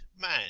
man